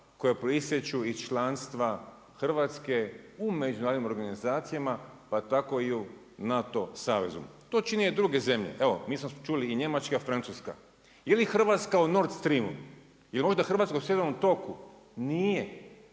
koja proistječu iz članstva Hrvatske u međunarodnim organizacijama pa to i u NATO savezu. To čine druge zemlje. Evo, mi smo čuli i Njemačka i Francuska. Je li Hrvatska u „nord streamu“? Je li možda Hrvatska u sjevernom toku? Nije,